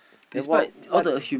then what what